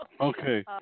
Okay